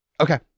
Okay